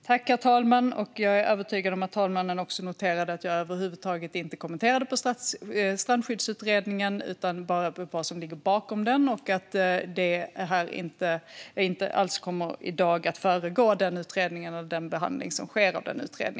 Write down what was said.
Herr talman! Jag är övertygad om att talmannen noterade att jag över huvud taget inte kommenterade Strandskyddsutredningen utan bara vad som ligger bakom den. Det här kommer inte alls att föregå utredningen eller den behandling som sker av den.